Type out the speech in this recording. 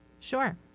Sure